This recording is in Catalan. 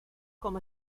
com